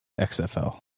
XFL